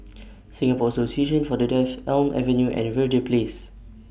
Singapore Association For The Deaf Elm Avenue and Verde Place